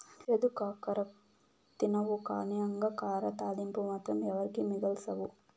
చేదు కాకర తినవుగానీ అంగాకర తాలింపు మాత్రం ఎవరికీ మిగల్సవు